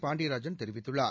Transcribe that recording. பாண்டியராஜன் தெரிவித்துள்ளார்